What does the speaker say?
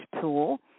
tool